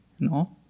No